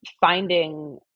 finding